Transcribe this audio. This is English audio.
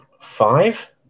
five